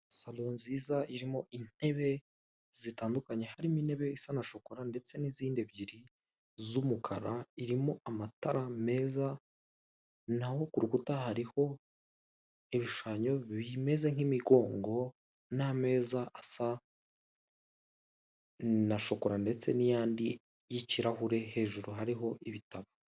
Saro nziza irimo intebe zitandukanye, harimo intebe isa na shokora ndetse n'izindi ebyiri z'umukara. Irimo amatara meza, naho ku rukuta hariho ibishushanyo bimeze nk'imigongo n'ameza asa na shokora ndetse n'ayandi y'ikirahure hejuru hariho ibitabo.